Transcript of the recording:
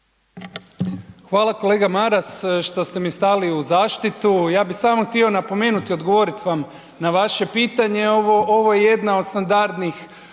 Hvala kolega Maras, što ste mi stali u zaštitu, ja bih samo htio napomenuti i odgovorit vam na vaše pitanje ovo je jedna od standardnih